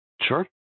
Sure